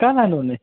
कहाँ लानुहुने